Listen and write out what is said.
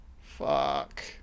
Fuck